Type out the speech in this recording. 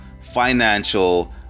financial